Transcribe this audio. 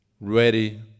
ready